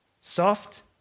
soft